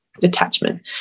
detachment